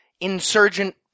insurgent